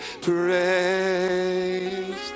praised